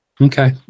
Okay